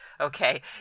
okay